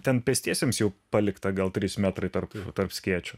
ten pėstiesiems jau palikta gal trys metrai tarp tarp skėčių